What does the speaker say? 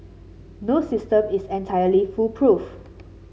no system is entirely foolproof